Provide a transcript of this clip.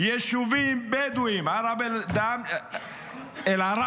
יישובים בדואיים, ערב אל-עראמשה,